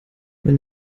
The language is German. wenn